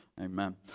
Amen